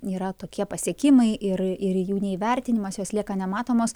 yra tokie pasiekimai ir ir jų neįvertinimas jos lieka nematomos